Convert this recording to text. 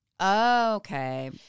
Okay